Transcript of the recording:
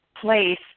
place